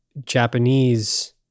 Japanese